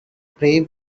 prey